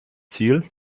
ziel